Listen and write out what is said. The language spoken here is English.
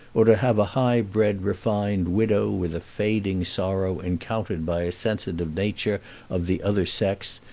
or to have a high-bred, refined widow with a fading sorrow encountered by a sensitive nature of the other sex,